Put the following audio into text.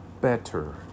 better